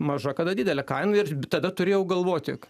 maža kada didelė kaina ir tada turi jau galvoti